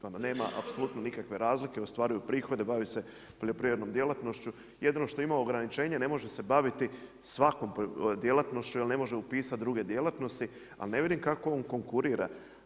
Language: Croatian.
Nama nema apsolutno nikakve razlike ustvari u prihodu bavit se poljoprivrednom djelatnošću, jedino što ima ograničenje, ne može se baviti svakom djelatnošću jer ne može upisati druge djelatnosti ali ne vidim kako on konkurira.